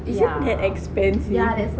is it that expensive